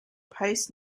post